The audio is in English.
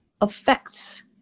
affects